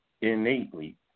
innately